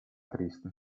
triste